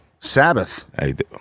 Sabbath